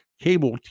cable